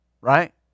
Right